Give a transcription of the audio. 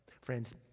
friends